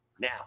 now